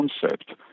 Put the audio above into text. concept